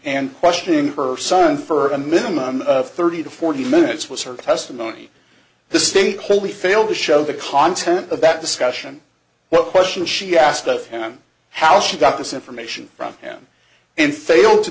and questioning her son for a minimum of thirty to forty minutes was her testimony the state wholly failed to show the content of that discussion what question she asked of him how she got this information from him and failed to